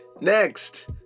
next